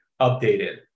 updated